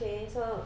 okay so